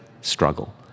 struggle